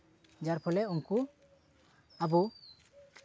ᱡᱟᱨ ᱯᱷᱚᱞᱮ ᱩᱱᱠᱩ ᱟᱵᱚ